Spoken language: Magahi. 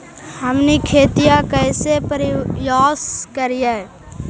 हमनी खेतीया कइसे परियास करियय?